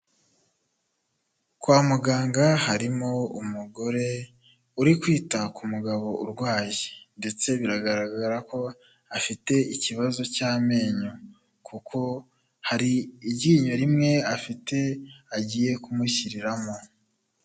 Kwa muganga harimo umugore uri kwita ku mugabo urwaye, ndetse biragaragara ko afite ikibazo cy'amenyo kuko hari iryinyo rimwe afite agiye kumushyiriramo.